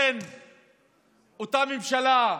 אותה ממשלה,